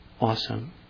awesome